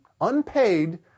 unpaid